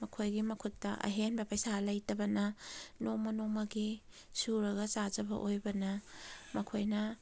ꯃꯈꯣꯏꯒꯤ ꯃꯈꯨꯠꯇ ꯑꯍꯦꯟꯕ ꯄꯩꯁꯥ ꯂꯩꯇꯕꯅ ꯅꯣꯡꯃ ꯅꯣꯡꯃꯒꯤ ꯁꯨꯔꯒ ꯆꯥꯖꯕ ꯑꯣꯏꯕꯅ ꯃꯈꯣꯏꯅ